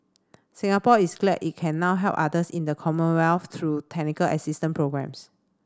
Singapore is glad it can now help others in the Commonwealth through technical assistance programs